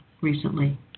recently